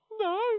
No